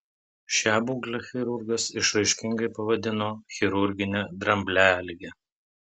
šią būklę chirurgas išraiškingai pavadino chirurgine dramblialige